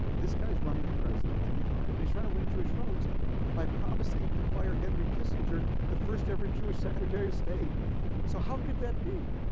this guy is running for president, jimmy carter, he's trying to win jewish votes by promising to fire henry kissinger the first-ever jewish secretary of state so how could that be?